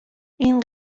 این